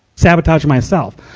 sabotage myself.